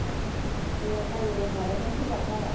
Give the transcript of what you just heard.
औ दे जायो होब्लालाय नों फैब्लानो जाबाय